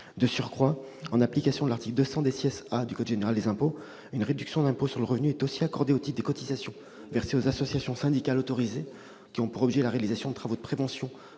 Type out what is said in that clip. De surcroît, en application de l'article 200 A du code général des impôts, une réduction d'impôt sur le revenu est aussi accordée au titre des cotisations versées aux associations syndicales autorisées qui ont pour objet la réalisation de travaux de prévention